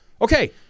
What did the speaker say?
Okay